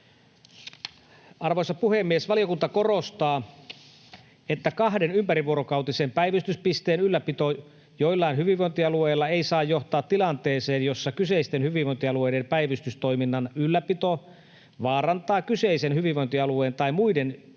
Arvoisa puhemies! Valiokunta korostaa, että kahden ympärivuorokautisen päivystyspisteen ylläpito joillain hyvinvointialueilla ei saa johtaa tilanteeseen, jossa kyseisten hyvinvointialueiden päivystystoiminnan ylläpito vaarantaa kyseisen hyvinvointialueen tai muiden